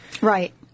Right